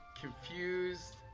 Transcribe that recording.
confused